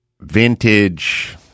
vintage